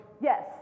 Yes